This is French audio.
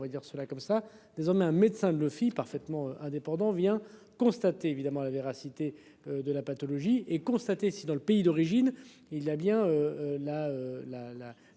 on va dire cela comme ça désormais un médecin parfaitement indépendant vient constater évidemment la véracité de la pathologie et constater si dans le pays d'origine. Il a bien.